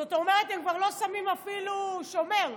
זאת אומרת, הם כבר לא שמים אפילו שומר.